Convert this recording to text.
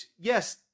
yes